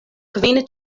kvin